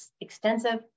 extensive